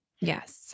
Yes